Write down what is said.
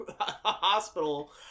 hospital